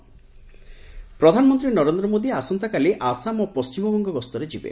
PM visit ପ୍ରଧାନମନ୍ତ୍ରୀ ନରେନ୍ଦ୍ର ମୋଦି ଆସନ୍ତାକାଲି ଆସାମ୍ ଓ ପଣ୍ଢିମବଙ୍ଗ ଗସ୍ତରେ ଯିବେ